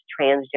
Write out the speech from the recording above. transgender